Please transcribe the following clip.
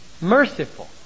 merciful